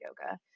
yoga